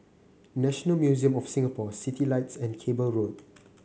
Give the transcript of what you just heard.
National Museum of Singapore Citylights and Cable Road